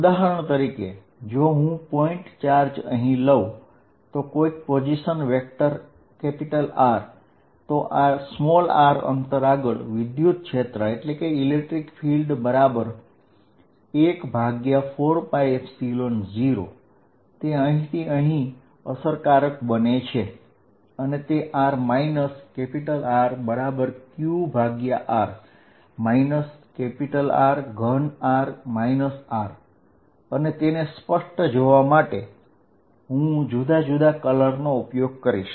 ઉદાહરણ તરીકે જો હું પોઇન્ટ ચાર્જ અહીં લઉ તો કોઈક પોઝિશન વેક્ટર R તો r અંતર આગળ વિદ્યુત ક્ષેત્ર એટલે કે ઇલેક્ટ્રિક ફીલ્ડ બરાબર 140qr r3r r છે તેને સ્પષ્ટ જોવા માટે હું જુદા જુદા કલરનો ઉપયોગ કરીશ